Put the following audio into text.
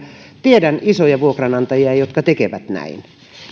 tiedän isoja vuokranantajia jotka tekevät näin he